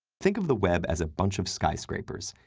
think of the web as a bunch of skyscrapers,